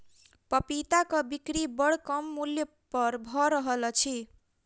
पपीताक बिक्री बड़ कम मूल्य पर भ रहल अछि